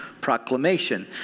proclamation